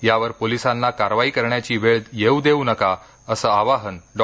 यावर पोलिसांना कारवाई करण्याची वेळ येऊ देऊ नका असं आवाहन डॉ